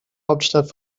hauptstadt